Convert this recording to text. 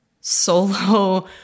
solo